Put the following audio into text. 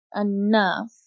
enough